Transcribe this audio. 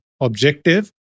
objective